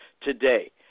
today